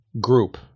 group